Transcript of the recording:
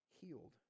healed